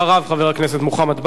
אחריו, חבר הכנסת מוחמד ברכה,